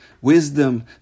wisdom